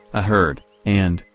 a herd, and,